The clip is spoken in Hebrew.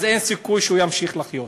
אז אין סיכוי שהוא ימשיך לחיות.